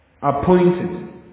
appointed